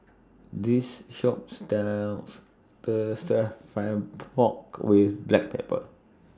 This Shop stirs The Stir Fry Pork with Black Pepper